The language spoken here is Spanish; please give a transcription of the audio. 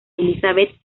elizabeth